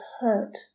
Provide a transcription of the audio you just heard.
hurt